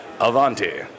Avanti